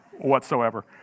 whatsoever